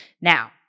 Now